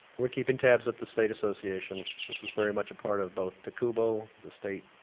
we're keeping tabs at the state association. this is very much a part of both tacubo, the state